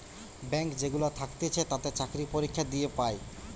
bank যেগুলা থাকতিছে তাতে চাকরি পরীক্ষা দিয়ে পায়